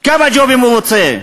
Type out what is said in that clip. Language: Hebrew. כמה ג'ובים הוא רוצה?